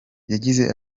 yagize